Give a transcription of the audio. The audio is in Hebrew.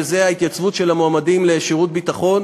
ההתייצבות של המועמדים לשירות ביטחון,